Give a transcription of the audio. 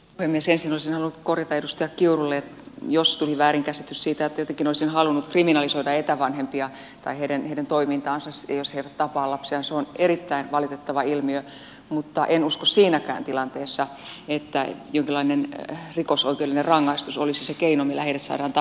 ensin olisin halunnut korjata edustaja kiurulle jos tuli väärinkäsitys siitä että jotenkin olisin halunnut kriminalisoida etävanhempia tai heidän toimintaansa jos he eivät tapaa lapsiaan se on erittäin valitettava ilmiö mutta en usko siinäkään tilanteessa että jonkinlainen rikosoikeudellinen rangaistus olisi se keino millä heidät saadaan tapaamaan lapsiaan